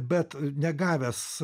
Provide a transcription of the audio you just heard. bet negavęs